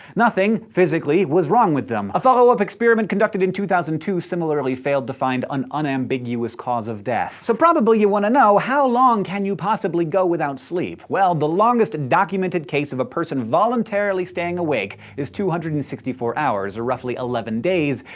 nothing physically was wrong with them. a follow-up experiment conducted in two thousand and two similarly failed to find an unambiguous cause of death. so probably you want to know how long can you possibly go without sleep. well, the longest documented case of a person voluntarily staying awake is two hundred and sixty four hours or roughly eleven days.